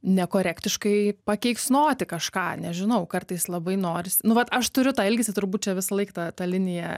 nekorektiškai pakeiksnoti kažką nežinau kartais labai norisi nu vat aš turiu tą ilgesį turbūt čia visąlaik ta ta linija